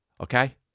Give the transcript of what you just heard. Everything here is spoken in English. okay